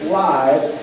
lives